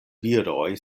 viroj